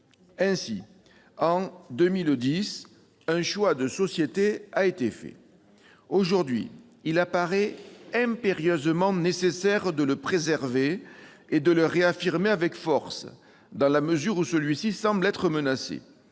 Ainsi, en 2010, un choix de société a été fait. Aujourd'hui il paraît impérieusement nécessaire de le préserver et de le réaffirmer avec force, dans la mesure où celui-ci semble être menacé.